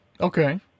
Okay